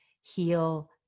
heal